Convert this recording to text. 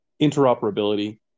interoperability